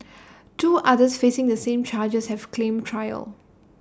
two others facing the same charges have claimed trial